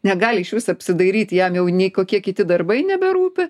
negali išvis apsidairyt jam jau nei kokie kiti darbai neberūpi